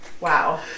Wow